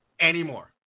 anymore